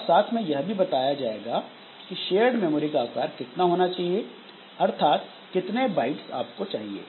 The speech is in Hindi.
और साथ में यह भी बताया जाएगा कि शेयर्ड मेमोरी का आकार कितना होना चाहिए अर्थात कितने बाइट्स आपको चाहिए